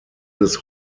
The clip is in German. des